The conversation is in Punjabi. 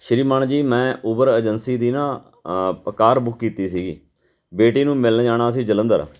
ਸ਼੍ਰੀਮਾਨ ਜੀ ਮੈਂ ਓਵਰ ਏਜੰਸੀ ਦੀ ਨਾ ਕਾਰ ਬੁੱਕ ਕੀਤੀ ਸੀਗੀ ਬੇਟੀ ਨੂੰ ਮਿਲਣ ਜਾਣਾ ਸੀ ਜਲੰਧਰ